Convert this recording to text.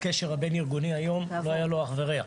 הקשר הבין-ארגוני היום לא היה לו אח ורע.